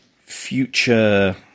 future